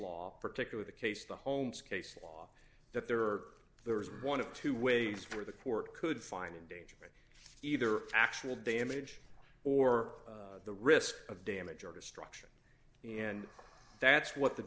law particular the case the holmes case law that there are there is one of two ways for the court could find endangerment either actual damage or the risk of damage or destruction and that's what the